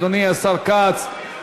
אדוני השר כץ,